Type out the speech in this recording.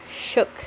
shook